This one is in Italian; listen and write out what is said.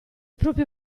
proprio